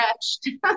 stretched